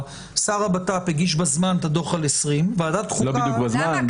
שר הבט"פ הגיש בזמן את הדוח על 2020. ועדת חוקה --- לא בדיוק בזמן,